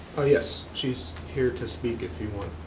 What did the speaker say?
ah yes, she's here to speak if you want.